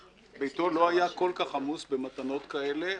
שביתו לא היה כל כך עמוס במתנות כאלה,